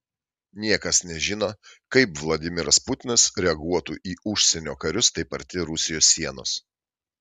niekas nežino kaip vladimiras putinas reaguotų į užsienio karius taip arti rusijos sienos